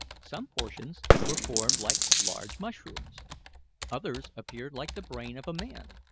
some portions were formed like large mushrooms others appeared like the brain of a man,